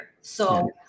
So-